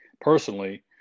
personally